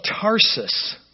Tarsus